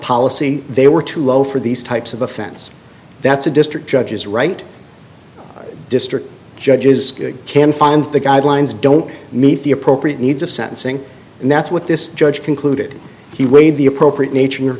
policy they were too low for these types of offense that's a district judge is right district judges can find the guidelines don't meet the appropriate needs of sentencing and that's what this judge concluded he weighed the appropriate nature